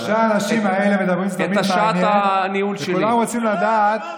כששלושה האנשים האלה מדברים זה תמיד מעניין וכולם רוצים לדעת,